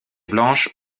blanche